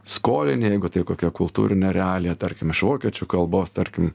skolinį jeigu tai kokia kultūrinė realija tarkim iš vokiečių kalbos tarkim